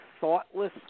thoughtless